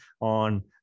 on